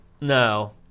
No